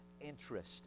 interest